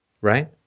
Right